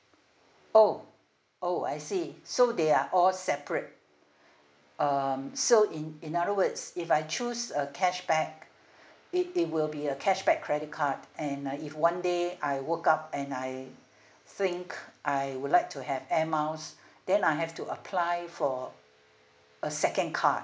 oh oh I see so they are all separate um so in in other words if I choose a cashback it it will be a cashback credit card and uh if one day I woke up and I think I would like to have air miles then I have to apply for a second card